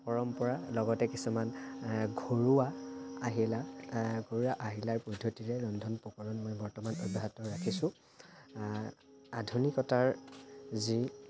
পৰম্পৰা লগতে কিছুমান ঘৰুৱা আহিলাৰ ঘৰুৱা আহিলাৰ পদ্ধতিৰে ৰন্ধন প্ৰকৰণ বৰ্তমান অব্য়াহত ৰাখিছোঁ আধুনিকতাৰ যি